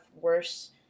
worse